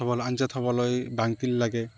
আঞ্জা থবলৈ বাল্টিং লাগে